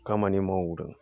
खामानि मावदों